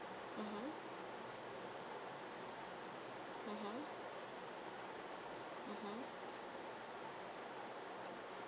mmhmm mmhmm mmhmm